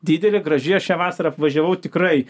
didelė graži aš šią vasarą apvažiavau tikrai